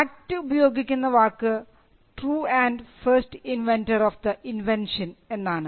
act ഉപയോഗിക്കുന്ന വാക്ക് true and first inventor of the invention എന്നാണ്